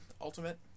Ultimate